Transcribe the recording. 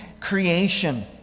creation